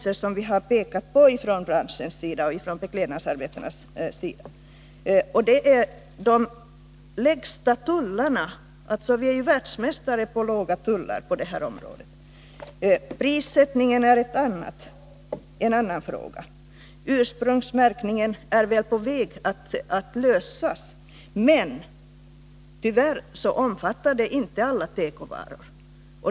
Härvidlag finns det ju vissa saker som Beklädnadsarbetareförbundet har pekat på. Vi är ju världsmästare när det gäller låga tullar på det här området. Prissättningen är också en fråga. Problemet med ursprungsmärkningen är väl på väg att lösas, men tyvärr omfattas inte alla tekovaror.